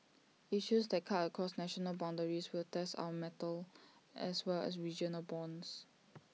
issues that cut across national boundaries will test our mettle as well as regional bonds